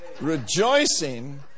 Rejoicing